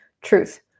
Truth